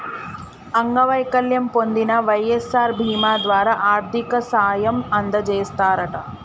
అంగవైకల్యం పొందిన వై.ఎస్.ఆర్ బీమా ద్వారా ఆర్థిక సాయం అందజేస్తారట